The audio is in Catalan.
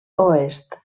oest